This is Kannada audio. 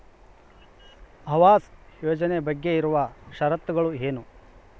ಆವಾಸ್ ಯೋಜನೆ ಬಗ್ಗೆ ಇರುವ ಶರತ್ತುಗಳು ಏನು?